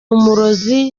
umurozi